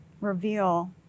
reveal